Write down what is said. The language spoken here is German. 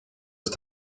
ist